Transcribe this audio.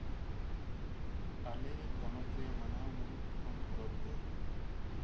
ᱟᱞᱮ ᱯᱚᱱᱚᱛ ᱨᱮ ᱢᱟᱱᱟᱣ ᱢᱩᱬᱩᱛ ᱯᱚᱨᱚᱵ ᱫᱚ